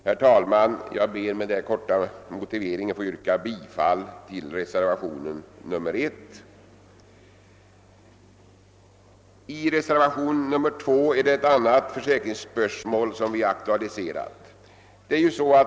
Herr talman! Jag ber att med denna korta motivering få yrka bifall till reservationen 1. I reservationen 2 aktualiserar vi ett annat försäkringsspörsmål.